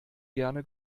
gerne